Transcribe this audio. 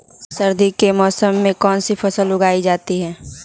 सर्दी के मौसम में कौन सी फसल उगाई जाती है?